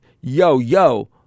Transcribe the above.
yo-yo